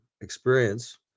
experience